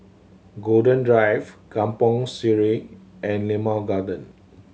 Golden Drive Kampong Sireh and Limau Garden